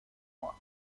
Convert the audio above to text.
mois